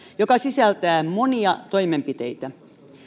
joka sisältää monia toimenpiteitä